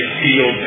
feel